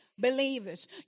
Believers